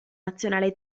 nazionale